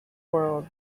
world